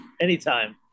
anytime